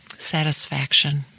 Satisfaction